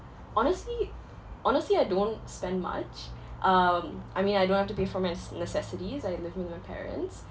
honestly honestly I don't spend much um I mean I don't have to pay for my s~ necessities I live with my parents